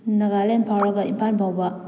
ꯅꯒꯥꯂꯦꯟ ꯐꯥꯎꯔꯒ ꯏꯝꯐꯥꯜ ꯐꯥꯎꯕ